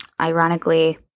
Ironically